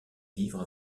vivre